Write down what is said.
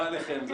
לא עליכם.